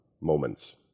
moments